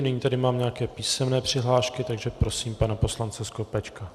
Nyní tady mám nějaké písemné přihlášky, takže prosím pana poslance Skopečka.